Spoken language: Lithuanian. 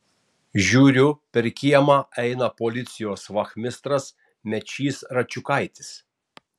žiūriu per kiemą eina policijos vachmistras mečys račiukaitis